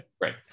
right